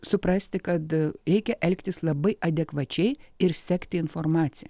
suprasti kad reikia elgtis labai adekvačiai ir sekti informaciją